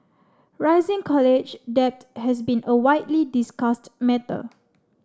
rising college debt has been a widely discussed matter